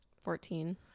Fourteen